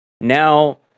Now